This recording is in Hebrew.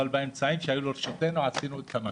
אבל באמצעים שהיו לרשותנו עשינו את המקסימום.